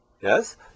Yes